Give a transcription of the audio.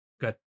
Good